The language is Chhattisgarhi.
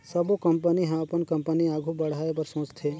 सबो कंपनी ह अपन कंपनी आघु बढ़ाए बर सोचथे